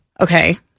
Okay